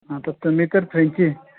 आता तुम्ही तर फ्रेंची